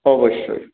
অবশ্যই